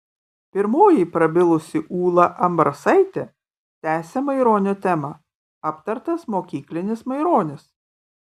pirmoji prabilusi ūla ambrasaitė tęsė maironio temą aptartas mokyklinis maironis